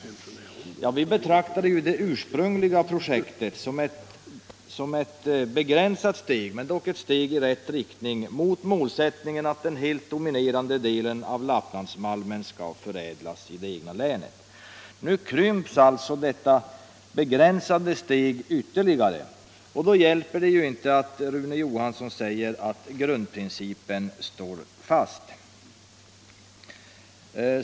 Vi betraktade det ursprungliga projektet som ett begränsat steg, men dock ett steg i rätt riktning mot målsättningen att den helt dominerande delen av Lapplandsmalmen skall förädlas i det egna länet. Nu krymps alltså detta begränsade steg ytterligare. Då hjälper det inte att Rune Johansson säger att grundprincipen står fast.